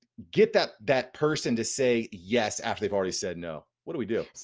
get that that person to say yes after they've already said no? what do we do?